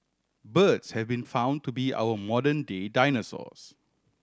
birds have been found to be our modern day dinosaurs